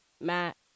Matt